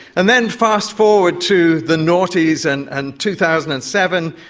and then fast-forward to the noughties and and two thousand and seven,